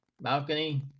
balcony